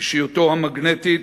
אישיותו המגנטית,